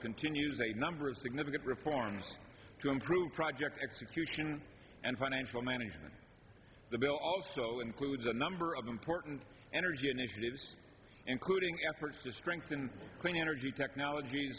continues a number of significant reforms to improve project execution and financial management the bill also includes a number of important energy initiatives including efforts to strengthen clean energy technolog